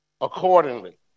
accordingly